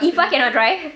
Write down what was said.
if I cannot drive